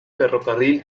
ferrocarril